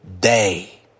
day